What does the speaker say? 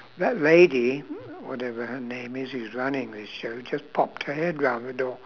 that lady whatever her name is she's running this show just popped her head round the door